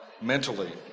mentally